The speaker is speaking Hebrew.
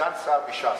הוצאו מהסטטיסטיקה.